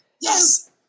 yes